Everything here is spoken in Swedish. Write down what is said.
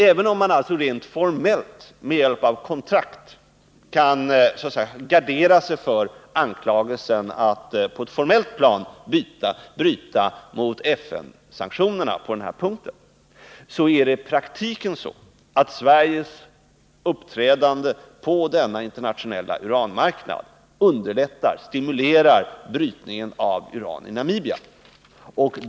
Även om man alltså rent formellt, med hjälp av kontrakt, kan gardera sig mot anklagelser att på ett formellt plan bryta mot FN-sanktionerna på den här punkten, är det i praktiken så att Sveriges uppträdande på denna internationella uranmarknad både underlättar och stimulerar brytningen av uran i Namibia.